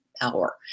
power